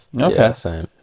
Okay